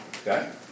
Okay